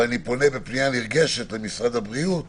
אבל אני פונה בפנייה נרגשת למשרד הבריאות